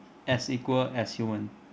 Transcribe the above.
as equal as human